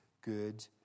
good